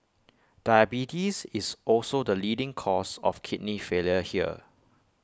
diabetes is also the leading cause of kidney failure here